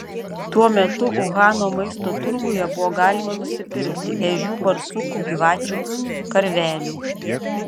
tuo metu uhano maisto turguje buvo galima nusipirkti ežių barsukų gyvačių karvelių